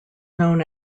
known